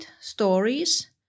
stories